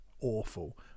awful